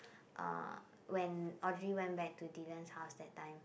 uh when Audrey went back to Dylan's house that time